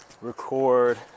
record